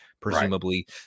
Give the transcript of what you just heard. Presumably